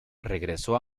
regresó